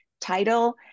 title